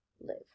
live